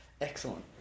excellent